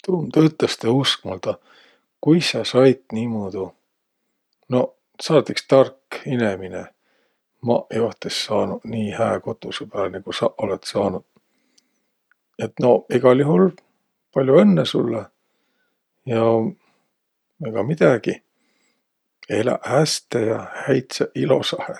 Tuu um tõtõstõ uskmaldaq, kuis sa sait niimuudu. Noq, sa olõt iks tark inemine. Maq joht es saanuq nii hää kotusõ pääle nigu saq olõt saanuq. Et no egäl juhul pall'o õnnõ sullõ! Ja egaq midägi, eläq häste ja häitseq ilosahe!